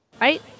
right